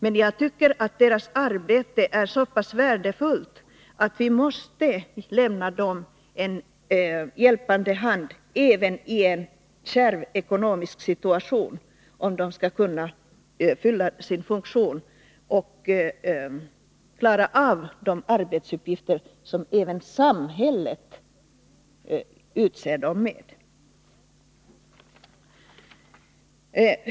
Men jag tycker att deras arbete är så pass värdefullt att man måste lämna dem en hjälpande hand även i en kärv ekonomisk situation, om de skall kunna fylla sin funktion och klara av de arbetsuppgifter som även samhället förser dem med.